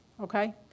okay